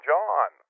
John